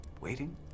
waiting